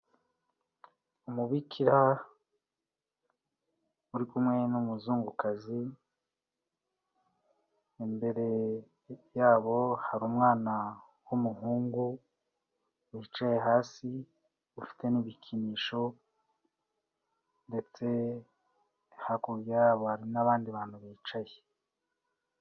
Umubikira uri kumwe n'umuzungukazi, imbere yabo hari umwana w'umuhungu wicaye hasi ufite ni ibikinisho ndetse hakurya hari n'abandi bantu bicaye.